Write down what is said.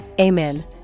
Amen